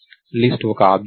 list ఒక object